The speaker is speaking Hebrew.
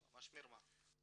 ממש מירמה.